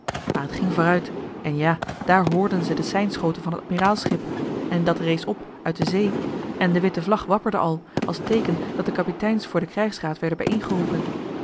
maar t ging vooruit en ja daar hoorden ze de seinschoten van het admiraalsschip en dat rees op uit de zee en de witte vlag wapperde al als teeken dat de kapiteins voor den krijgsraad werden